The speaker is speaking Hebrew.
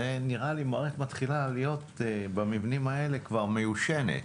נראה לי מערכת מתחילה להיות במבנים האלה כבר מיושנת.